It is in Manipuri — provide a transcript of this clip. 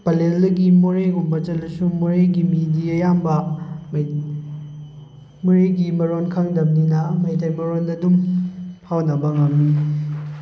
ꯄꯂꯦꯜꯗꯒꯤ ꯃꯣꯔꯦꯒꯨꯝꯕ ꯆꯠꯂꯁꯨ ꯃꯣꯔꯦꯒꯤ ꯃꯤꯗꯤ ꯑꯌꯥꯝꯕ ꯃꯣꯔꯦꯒꯤ ꯃꯔꯣꯟ ꯈꯪꯗꯕꯅꯤꯅ ꯃꯩꯇꯩ ꯃꯔꯣꯟꯗ ꯑꯗꯨꯝ ꯐꯥꯎꯅꯕ ꯉꯝꯃꯤ